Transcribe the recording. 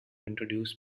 introduce